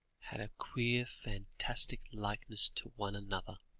had a queer fantastic likeness to one another.